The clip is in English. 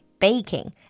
baking